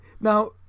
Now